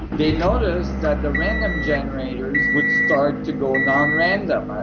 they noticed that the random generators would start to go non-random. ah